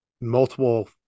multiple